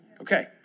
Okay